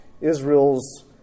Israel's